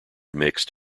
mixed